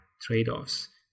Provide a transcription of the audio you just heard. trade-offs